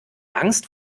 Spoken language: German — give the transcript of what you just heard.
angst